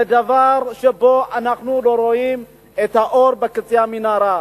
זה שאנחנו לא רואים את האור בקצה המנהרה.